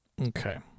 Okay